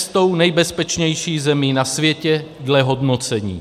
Jsme šestou nejbezpečnější zemí na světě dle hodnocení.